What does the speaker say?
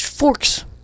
Forks